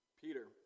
Peter